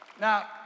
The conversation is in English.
Now